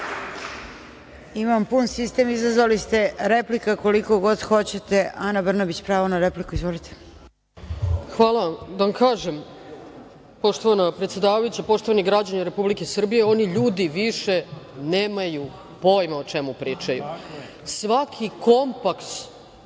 pun sistem, izazvali ste replika koliko god hoćete. Ana Brnabić, pravo na repliku. Izvolite. **Ana Brnabić** Hvala vam. Da vam kažem, poštovana predsedavajuća, poštovani građani Republike Srbije, oni ljudi više nemaju pojma o čemu pričaju. Svaki kompas,